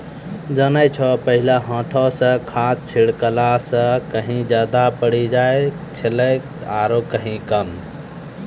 जानै छौ पहिने हाथों स खाद छिड़ला स कहीं ज्यादा पड़ी जाय छेलै आरो कहीं कम